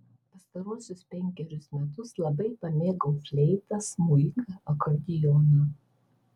pastaruosius penkerius metus labai pamėgau fleitą smuiką akordeoną